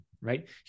right